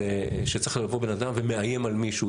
זה שצריך לבוא בן אדם ומאיים על מישהו,